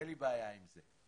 אין לי בעיה עם זה,